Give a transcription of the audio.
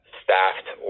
staffed